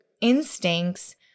instincts